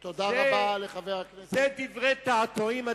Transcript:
אלה דברי תעתועים,